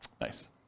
Nice